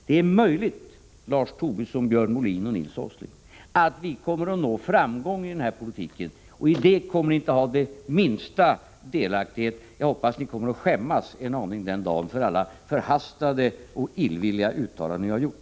Det är möjligt, Lars Tobisson, Björn Molin och Nils Åsling, att vi kommer att nå framgång i vår politik. I det kommer ni inte att ha den minsta delaktighet. Jag hoppas att ni den dagen kommer att skämmas en aning för alla förhastade och illvilliga uttalanden som ni har gjort.